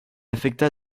affecta